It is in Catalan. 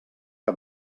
que